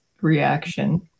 reaction